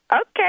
okay